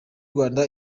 rwanda